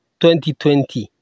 2020